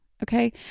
Okay